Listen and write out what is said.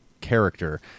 character